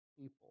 people